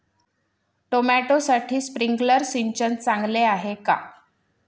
टोमॅटोसाठी स्प्रिंकलर सिंचन चांगले आहे का?